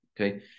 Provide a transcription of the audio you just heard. okay